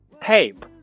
TAPE